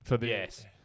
Yes